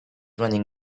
running